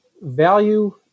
value